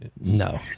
No